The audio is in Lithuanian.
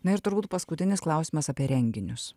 na ir turbūt paskutinis klausimas apie renginius